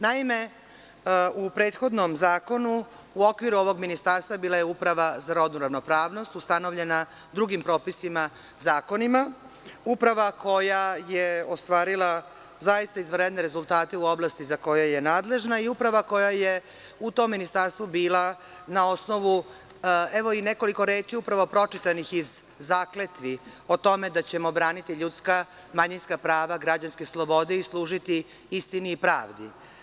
Naime, u prethodnom zakonu, u okviru ovog ministarstva bila je Uprava za rodnu ravnopravnost, ustanovljena drugim propisima, zakonima, uprava koja je ostvarila zaista izvanredne rezultate u oblasti za koju je nadležna i uprava koja je u tom ministarstvu bila na osnovu, evo i nekoliko reči upravo pročitanih iz zakletvi, o tome da ćemo braniti ljudska i manjinska prava, građanske slobode i služiti istini i pravdi.